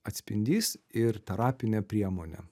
atspindys ir terapinė priemonė